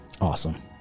Awesome